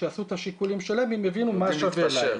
כשהם עושים את השיקולים שלהם הם יבינו מה שווה להם.